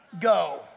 go